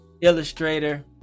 illustrator